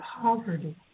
poverty